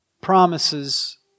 promises